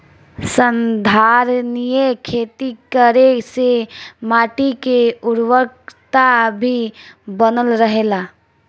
संधारनीय खेती करे से माटी के उर्वरकता भी बनल रहेला